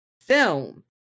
film